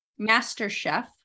MasterChef